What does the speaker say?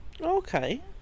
Okay